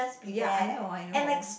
ya I know I know